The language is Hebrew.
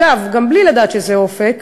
אגב, גם בלי לדעת שזה אופק,